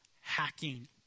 hacking